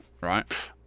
Right